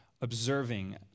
observing